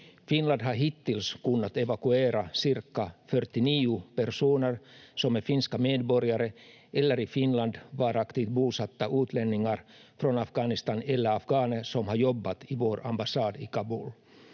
Finland har hittills kunnat evakuera 49 personer som är finska medborgare eller i Finland varaktigt bosatta utlänningar från Afghanistan eller afghaner som har jobbat i vår ambassad i Kabul.